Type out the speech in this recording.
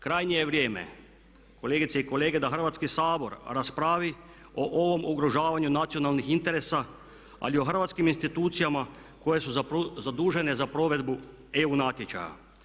Krajnje je vrijeme kolegice i kolege da Hrvatski sabor raspravi o ovom ugrožavanju nacionalnih interesa ali u hrvatskim institucijama koje su zadužene za provedbu EU natječaja.